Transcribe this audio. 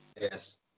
Yes